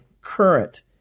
current